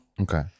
Okay